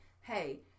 hey